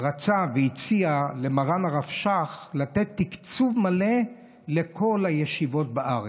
רצה והציע למרן הרב שך לתת תקציב מלא לכל הישיבות בארץ.